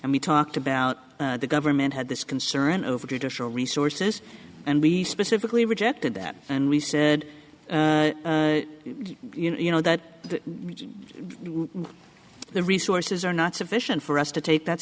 and we talked about the government had this concern over judicial resources and we specifically rejected that and we said you know that the resources are not sufficient for us to take that